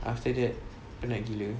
after that penat gila